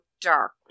dark